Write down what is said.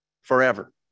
forever